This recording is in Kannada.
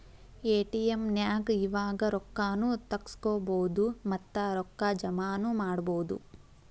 ಎ.ಟಿ.ಎಂ ನ್ಯಾಗ್ ಇವಾಗ ರೊಕ್ಕಾ ನು ತಗ್ಸ್ಕೊಬೊದು ಮತ್ತ ರೊಕ್ಕಾ ಜಮಾನು ಮಾಡ್ಬೊದು